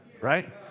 Right